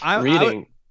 reading